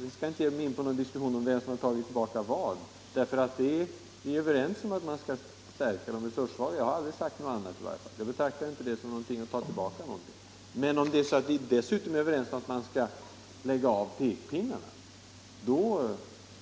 Vi är överens om att man skall stärka de resurssvaga. Jag har aldrig sagt något annat och har ingen anledning att ta tillbaka någonting på den punkten. Men om det är så, att vi dessutom är ense om att man skall lägga bort pekpinnarna, då